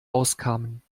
auskamen